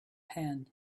pan